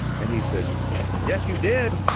and he said yes you did.